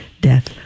death